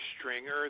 stringer